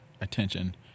attention